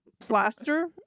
plaster